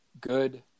good